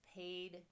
paid